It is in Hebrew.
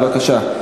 בבקשה.